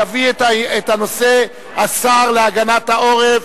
יביא את הנושא השר להגנת העורף,